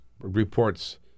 reports